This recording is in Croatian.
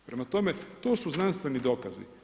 Prema tome, to su znanstveni dokazi.